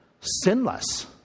sinless